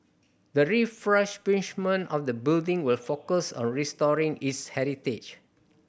the refurbishment of the building will focus on restoring its heritage